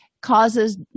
causes